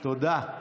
צודק.